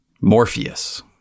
Morpheus